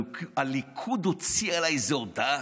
הליכוד הוציא עליי איזה הודעה.